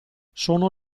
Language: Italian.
sono